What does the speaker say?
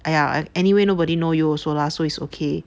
!aiya! anyway nobody know you also lah so is okay